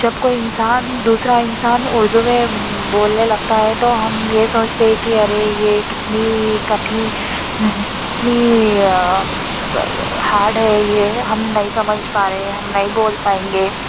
جب کوئی انسان دوسرا انسان اردو میں بولنے لگتا ہے تو ہم یہ سوچتے ہیں کہ ارے یہ کتنی کٹھن کتنی ہارڈ ہے یہ ہم نہیں سمجھ پا رہے ہیں ہم نہیں بول پائیں گے